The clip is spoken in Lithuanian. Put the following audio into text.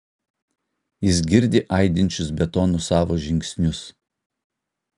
jis girdi aidinčius betonu savo žingsnius